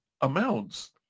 amounts